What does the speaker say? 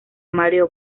mario